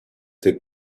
that